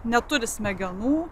neturi smegenų